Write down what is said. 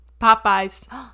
Popeyes